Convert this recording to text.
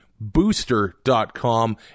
Booster.com